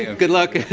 good luck.